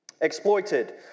Exploited